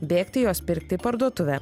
bėgti jos pirkt į parduotuvę